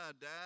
dad